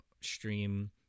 stream